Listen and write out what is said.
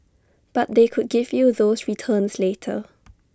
but they could give you those returns later